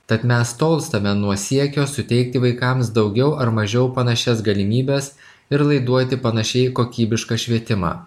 tad mes tolstame nuo siekio suteikti vaikams daugiau ar mažiau panašias galimybes ir laiduoti panašiai į kokybišką švietimą